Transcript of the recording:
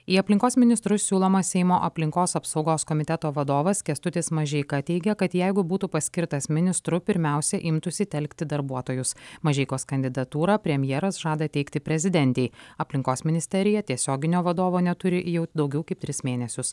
į aplinkos ministrus siūlomas seimo aplinkos apsaugos komiteto vadovas kęstutis mažeika teigia kad jeigu būtų paskirtas ministru pirmiausia imtųsi telkti darbuotojus mažeikos kandidatūrą premjeras žada teikti prezidentei aplinkos ministerija tiesioginio vadovo neturi jau daugiau kaip tris mėnesius